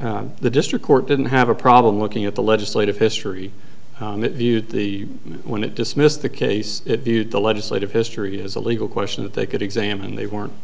correct the district court didn't have a problem looking at the legislative history viewed the when it dismissed the case it viewed the legislative history as a legal question that they could examine they weren't